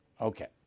Okay